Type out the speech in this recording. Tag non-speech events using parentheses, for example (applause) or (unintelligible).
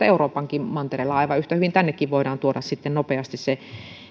(unintelligible) euroopankin mantereella aivan yhtä hyvin tännekin voidaan tuoda nopeasti se